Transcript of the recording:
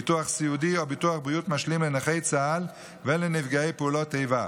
ביטוח סיעודי או ביטוח בריאות משלים לנכי צה"ל ולנפגעי פעולות איבה.